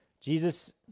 Jesus